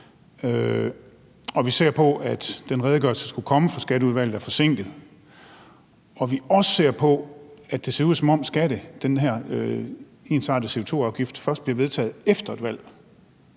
skatteaftale, at den redegørelse, der skulle komme fra Skatteudvalget, er forsinket, og at det ser ud, som om den her ensartede CO2-afgift først bliver vedtaget efter et valg,